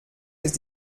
ist